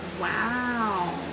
wow